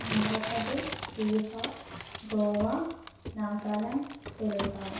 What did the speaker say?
Andhra Pradesh Bihar Goa Nagaland Telangana